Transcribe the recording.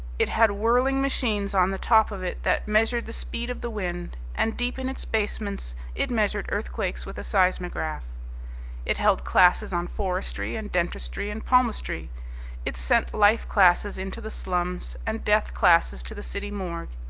it had whirling machines on the top of it that measured the speed of the wind, and deep in its basements it measured earthquakes with a seismograph it held classes on forestry and dentistry and palmistry it sent life classes into the slums, and death classes to the city morgue.